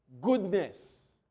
goodness